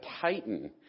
tighten